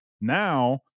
Now